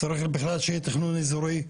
צריך בכלל שיהיה תכנון אזורי,